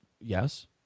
yes